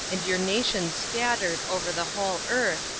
and your nation scattered over the whole earth,